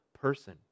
person